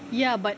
ya but